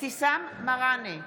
אבתיסאם מראענה,